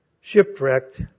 shipwrecked